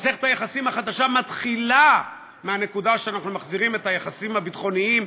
מסכת היחסים החדשה מתחילה מהנקודה שאנחנו מחזירים את היחסים הביטחוניים,